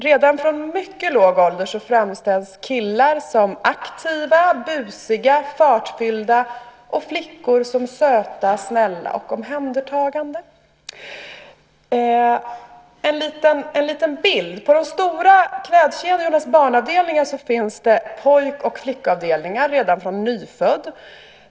Redan från mycket låg ålder framställs killar som aktiva, busiga, fartfyllda och flickor som söta, snälla och omhändertagande. Jag ska ge en liten bild. På de stora klädkedjornas barnavdelningar finns det pojk och flickavdelningar redan från nyfödda.